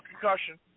concussion